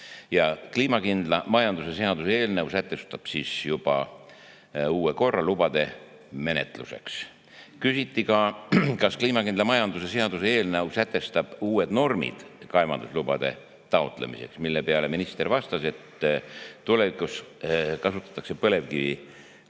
ja kliimakindla majanduse seaduse eelnõu sätestab juba uue korra lubade menetluseks. Küsiti ka, kas kliimakindla majanduse seaduse eelnõu sätestab uued normid kaevandamislubade taotlemiseks, mille peale minister vastas, et tulevikus kasutatakse põlevkivi põhiliselt